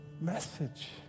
message